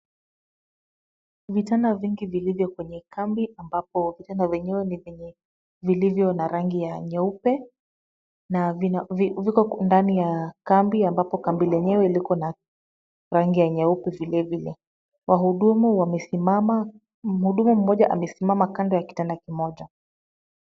Vitanda vingi vilivyo kwenye kambi ambapo vitanda vyenyewe ni vile vilivyo na rangi ya nyeupe. Na viko ndani ya kambi ambapo kambi lenyewe liko na rangi ya nyeupe vilevile. Wahudumu wamesimama, mhudumu mmoja amesimama kando ya kitanda kimoja.